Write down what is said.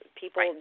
People